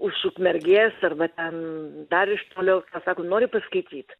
už ukmergės arba ten dar iš toliau va sako nori paskaityt